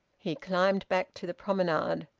he climbed back to the promenade.